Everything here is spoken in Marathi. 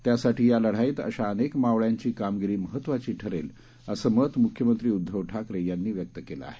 त्यासाठी या लढाईत अशा अनेक मावळ्यांची कामगिरी महत्त्वाची ठरेल असं मत मुख्यमंत्री उध्दव ठाकरे यांनी व्यक्त केलं आहे